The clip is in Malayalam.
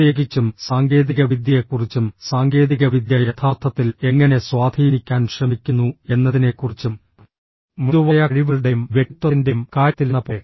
പ്രത്യേകിച്ചും സാങ്കേതികവിദ്യയെക്കുറിച്ചും സാങ്കേതികവിദ്യ യഥാർത്ഥത്തിൽ എങ്ങനെ സ്വാധീനിക്കാൻ ശ്രമിക്കുന്നു എന്നതിനെക്കുറിച്ചും മൃദുവായ കഴിവുകളുടെയും വ്യക്തിത്വത്തിന്റെയും കാര്യത്തിലെന്നപോലെ